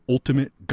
Ultimate